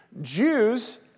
Jews